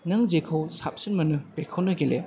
नों जेखौ साबसिन मोनो बेखौनो गेले